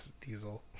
Diesel